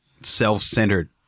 self-centered